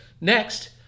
Next